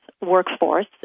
workforce